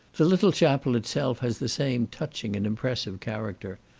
the little chapel itself has the same touching and impressive character.